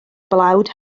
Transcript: blawd